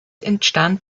entstand